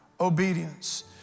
obedience